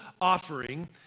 offering